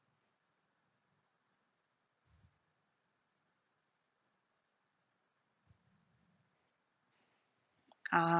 ah